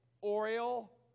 oriole